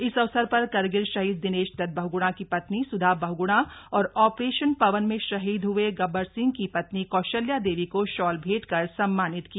इस अवसर पर करगिल शहीद दिनेश दत्त बहुगुणा की पत्नी सुधा बहुगुणा और ऑपरेशन पवन में शहीद हुए गबर सिंह की पत्नी कौशल्या देवी को शॉल भेंटकर सम्मानित किया